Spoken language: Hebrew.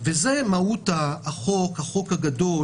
זה מהות החוק הגדול